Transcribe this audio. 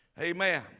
Amen